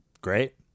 Great